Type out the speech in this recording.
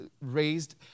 raised